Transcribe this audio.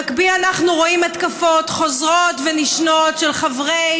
במקביל אנחנו רואים התקפות חוזרות ונשנות של חברי